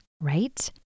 right